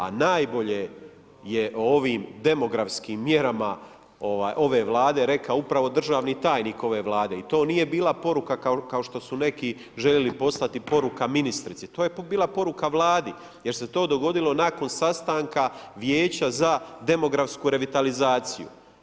A najbolje je ovim demografskim mjerama ove Vlade rekao upravo državni tajnik ove Vlade, i to nije bila poruka kao što su neki željeli poslati poruka ministrici, to je bila poruka Vladi jer se to dogodilo nakon sastanka Vijeća za demografsku revitalizaciju.